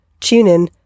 TuneIn